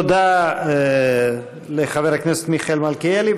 תודה לחבר הכנסת מיכאל מלכיאלי.